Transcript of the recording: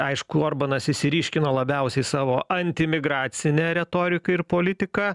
aišku orbanas išsiryškino labiausiai savo antiimigracinę retoriką ir politiką